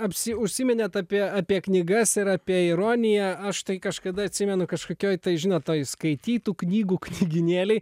apsi užsiminėt apie apie knygas ir apie ironiją aš tai kažkada atsimenu kažkokioj tai žinot toj skaitytų knygų knygynėly